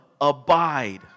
abide